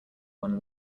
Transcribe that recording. one